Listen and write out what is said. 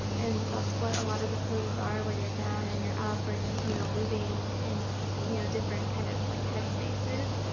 and that's what a lot of the poses are where you're down and you're up or you're you know moving in you know different kind of like head-spaces.